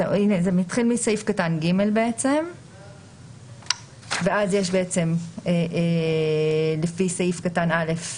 זה מתחיל מסעיף קטן (ג) בעצם ואז יש לפי סעיף (ג)(1)(א).